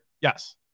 yes